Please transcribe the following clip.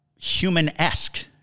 human-esque